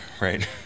right